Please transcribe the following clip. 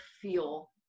feel